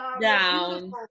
down